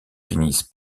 finissent